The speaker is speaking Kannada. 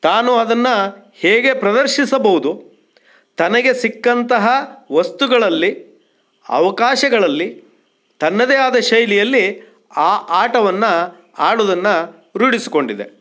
ತಾನು ಅದನ್ನು ಹೇಗೆ ಪ್ರದರ್ಶಿಸಬಹುದು ತನಗೆ ಸಿಕ್ಕಂತಹ ವಸ್ತುಗಳಲ್ಲಿ ಅವಕಾಶಗಳಲ್ಲಿ ತನ್ನದೇ ಆದ ಶೈಲಿಯಲ್ಲಿ ಆ ಆಟವನ್ನು ಆಡೋದನ್ನ ರೂಢಿಸಿಕೊಂಡಿದೆ